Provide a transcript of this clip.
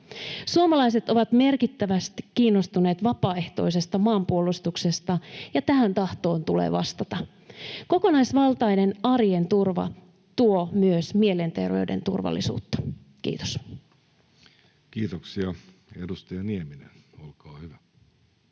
Suomalaiset ovat merkittävästi kiinnostuneet vapaaehtoisesta maanpuolustuksesta, ja tähän tahtoon tulee vastata. Kokonaisvaltainen arjen turva tuo myös mielenterveyden turvallisuutta. — Kiitos. Kiitoksia. — Edustaja Nieminen, olkaa hyvä.